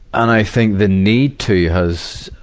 and i think the need to has,